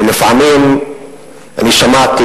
ולפעמים אני שמעתי